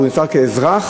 הוא נעצר כאזרח.